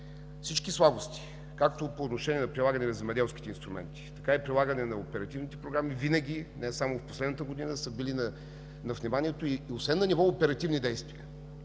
Всички слабости, както по отношение на прилагане на земеделските инструменти, така и по прилагане на оперативните програми винаги, не само в последната година, са били на вниманието освен на ниво оперативни действия,